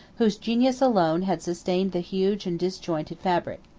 whose genius alone had sustained the huge and disjointed fabric.